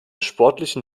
sportlichen